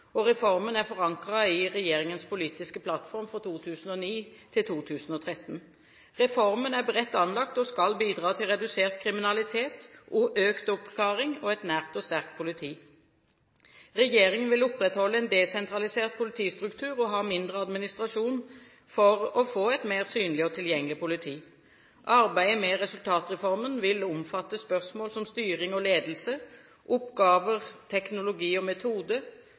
Reformen er forankret i regjeringens politiske plattform for 2009–2013. Reformen er bredt anlagt og skal bidra til redusert kriminalitet, økt oppklaring og et nært og sterkt politi. Regjeringen vil opprettholde en desentralisert politistruktur og ha mindre administrasjon for å få et mer synlig og tilgjengelig politi. Arbeidet med resultatreformen vil omfatte spørsmål som styring og ledelse, oppgaver, teknologi og metode,